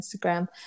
Instagram